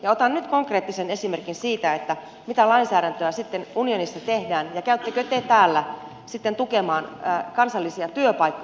otan nyt konkreettisen esimerkin siitä mitä lainsäädäntöä sitten unionissa tehdään ja käyttekö te täällä sitten tukemaan kansallisia työpaikkoja